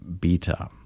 beta